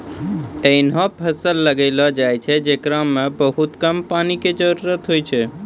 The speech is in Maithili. ऐहनो फसल लगैलो जाय छै, जेकरा मॅ बहुत कम पानी के जरूरत होय छै